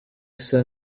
isa